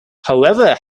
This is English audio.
however